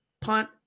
punt